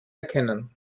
erkennen